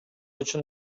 үчүн